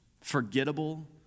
forgettable